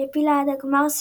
שהעפילה עד הגמר,